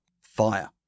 fire